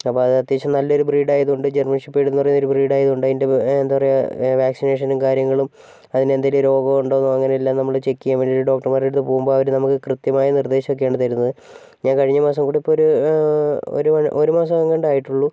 അപ്പോൾ അത് അത്യാവശ്യം നല്ലൊരു ബ്രീഡ് ആയതുകൊണ്ട് ജർമ്മൻ ഷെപ്പേർഡ് എന്ന് പറയുന്ന ഒരു ബ്രീഡ് ആയതുകൊണ്ട് അതിൻ്റെ എന്താ പറയാ വാക്സിനേഷനും കാര്യങ്ങളും അതിനെന്തെങ്കിലും രോഗമുണ്ടോ അങ്ങനെ എല്ലാം നമ്മൾ ചെക്ക് ചെയ്യാൻ വേണ്ടീട്ട് ഡോക്ടർമാരുടെ അടുത്ത് പോകുമ്പോൾ അവർ നമുക്ക് കൃത്യമായ നിർദ്ദേശങ്ങമൊക്കെയാണ് തരുന്നത് ഞാൻ കഴിഞ്ഞ മാസം കൂടി ഇപ്പോൾ ഒരു ഒരു മാസം എങ്ങാണ്ട് ആയിട്ടുള്ളൂ